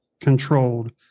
controlled